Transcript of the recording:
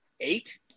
eight